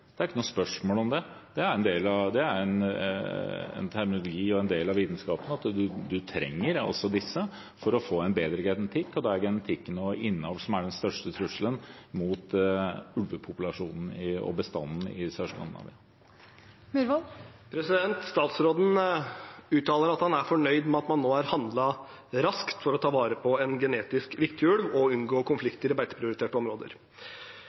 det er ikke noe spørsmål om det. Det er en terminologi og en del av vitenskapen at man trenger disse for å få en bedre genetikk, og det er genetikken og innavl som er den største trusselen mot ulvepopulasjonen og bestanden i Sør-Skandinavia. Ole André Myhrvold – til oppfølgingsspørsmål. Statsråden uttaler at han er fornøyd med at man nå har handlet raskt for å ta vare på en genetisk viktig ulv og unngå konflikter i beiteprioriterte områder.